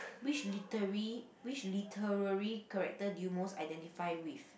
which littery which literary character do you most identify with